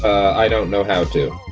i don't know how to